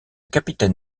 capitaine